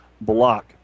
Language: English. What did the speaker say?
block